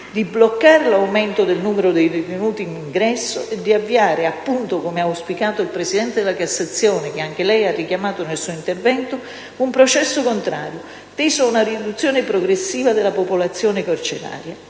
di bloccare l'aumento del numero dei detenuti in ingresso e di avviare (appunto come ha auspicato il presidente della Cassazione, che anche lei ha richiamato nel suo intervento) un processo contrario teso ad una riduzione progressiva della popolazione carceraria.